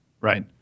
Right